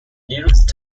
nearest